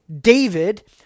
David